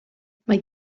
mae